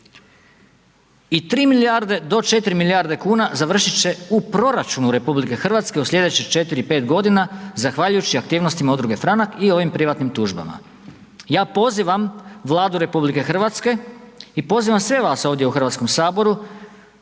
i 3 do 4 milijarde kuna završit će u proračunu RH u sljedećih 4, 5 godina zahvaljujući aktivnostima Udruge Franak i ovim privatnim tužbama. Ja pozivam Vladu RH i pozivam sve vas ovdje u Hrvatskom saboru